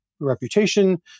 Reputation